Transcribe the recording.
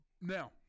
Now